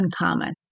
uncommon